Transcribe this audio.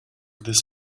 this